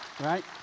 Right